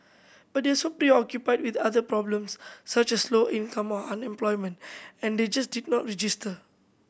but they are so preoccupied with other problems such as low income or unemployment and they just did not register